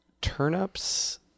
turnips